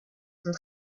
sont